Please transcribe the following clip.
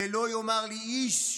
ולא יאמר לי איש: